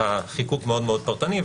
חיקוק מאוד מאוד פרטני.